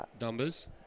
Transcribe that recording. numbers